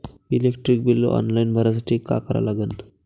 Electric bill online भरासाठी का करा लागन?